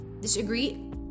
Disagree